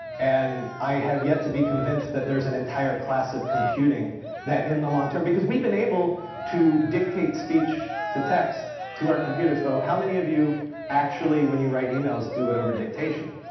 and i have yet to be convinced that there is an entire class of computing that in the long term because we've been able to dictate speech to text to our computers for how many of you actually when you write emails do it over dictation?